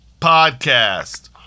podcast